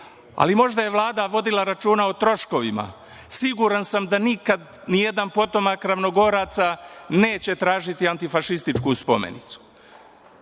ali možda je Vlada vodila računa o troškovima. Siguran sam da nikad nijedan potomak Ravnogoraca neće tražiti antifašističku spomenicu.